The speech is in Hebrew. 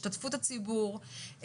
השתתפות הציבור,